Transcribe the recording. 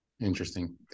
Interesting